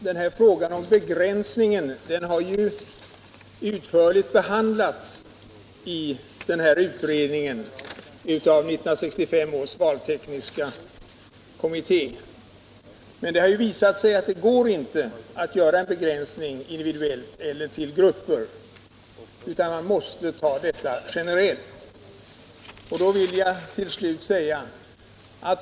Herr talman! Frågan om begränsningen av röstberättigade utlandssvenskar har utförligt behandlats av 1965 års valtekniska utredning. Den har emellertid funnit att det inte går att göra en begränsning individuellt eller till grupper utan att man måste ha generellt gällande regler.